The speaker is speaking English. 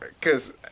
Cause